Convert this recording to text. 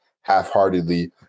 half-heartedly